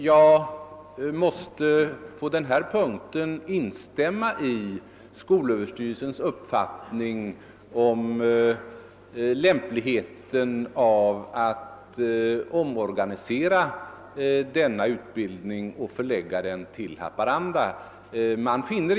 Jag måste på denna punkt instämma i skolöverstyrelsens uppfattning om det mindre lämpliga i att omorganisera denna utbildning och förlägga den till Haparanda.